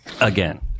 Again